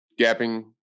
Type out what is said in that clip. gapping